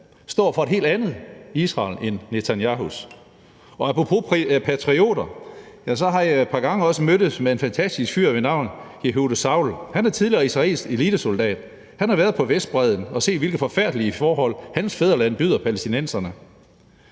står for et helt andet Israel end Netanyahus. Og apropos patrioter har jeg et par gange også mødtes med en fantastisk fyr ved navn Yehuda Shaul. Han er tidligere israelsk elitesoldat, og han har været på Vestbredden og har set, hvilke forfærdelige forhold hans fædreland byder palæstinenserne.